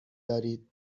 دارید